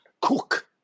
cook